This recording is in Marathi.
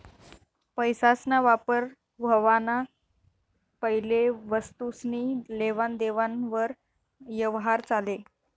पैसासना वापर व्हवाना पैले वस्तुसनी लेवान देवान वर यवहार चाले